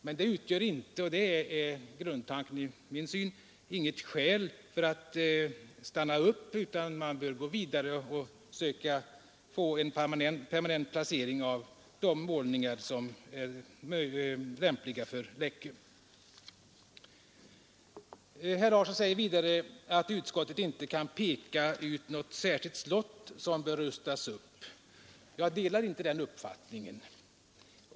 Men det utgör inte — och detta är grunden för mitt synsätt — något skäl att stanna upp, utan man bör gå vidare och söka få en permanent placering av de målningar som är lämpliga för Läckö. Herr Larsson i Vänersborg säger vidare att utskottet inte bör peka ut något särskilt slott som bör rustas upp. Jag delar inte den uppfattningen.